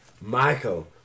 Michael